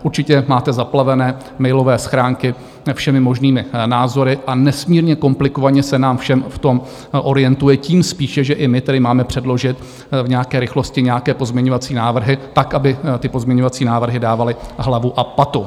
Určitě máte zaplavené mailové schránky všemi možnými názory a nesmírně komplikovaně se nám všem v tom orientuje, tím spíše, že tedy i my máme předložit v nějaké rychlosti nějaké pozměňovací návrhy tak, aby ty pozměňovací návrhy dávaly hlavu a patu.